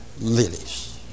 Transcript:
lilies